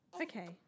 Okay